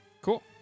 Cool